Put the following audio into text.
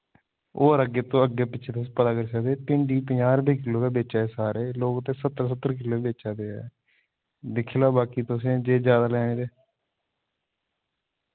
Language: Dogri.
और अग्गे तो अग्गे पिच्छे तुस पता करी सकदे भिंडी पञां रपे किल्लो गै बेचा दे सारे लोक ते सत्तर सत्तर किल्लो वी बेचा दे ऐ दिक्खी लाओ बाकी तुसें जे ज्यादा लैने ते